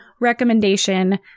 recommendation